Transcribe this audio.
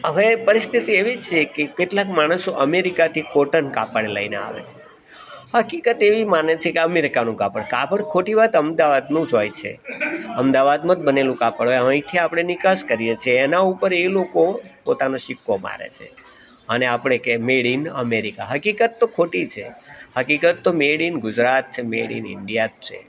હવે પરિસ્થિતિ એવી છે કે કેટલાક માણસો અમેરિકાથી કોટન કાપડ લઈને આવે છે હકીકત એવી માને છે કે અમેરિકાનું કાપડ હકીકત કાપડ અમદાવાદનું જ હોય છે અમદાવાદમાં જ બનેલું કાપડ આપણે નિકાસ કરીએ છીએ એના ઉપર એ લોકો પોતાનો સિક્કો મારે છે અને આપણે કે મેડ ઈન અમેરિકા હકીકત તો ખોટી છે હકીકત તો મેડ ઈન ગુજરાત છે મેડ ઈન ઈન્ડિયા જ છે